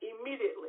immediately